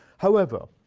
however,